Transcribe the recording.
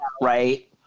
right